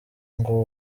ngo